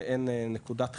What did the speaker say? אין נקודת חיבור,